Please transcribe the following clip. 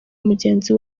mugenzi